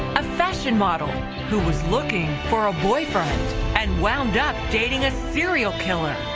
a fashion model who was looking for a boyfriend and wound updating a serial killer.